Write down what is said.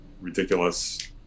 ridiculous